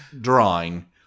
drawing